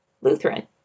Lutheran